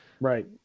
Right